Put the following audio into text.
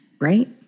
Right